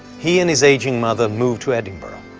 he and his aging mother move to edinburgh.